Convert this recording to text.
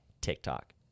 TikTok